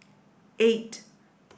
eight